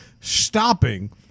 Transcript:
stopping